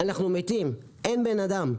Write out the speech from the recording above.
היינו מתים, אין בן אדם.